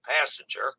passenger